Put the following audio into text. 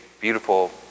beautiful